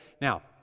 Now